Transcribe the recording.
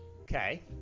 okay